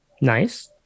Nice